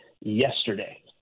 yesterday